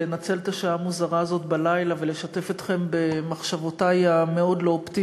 לנצל את השעה המוזרה הזאת בלילה ולשתף אתכם במחשבותי המאוד-לא-אופטימיות